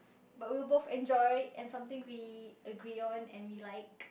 but we'll both enjoy and something we agree on and we like